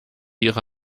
ihre